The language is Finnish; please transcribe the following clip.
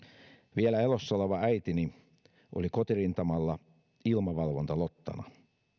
vielä elossa oleva äitini oli kotirintamalla ilmavalvontalottana